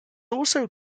also